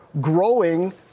growing